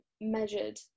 measured